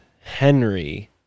Henry